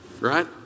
right